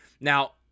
Now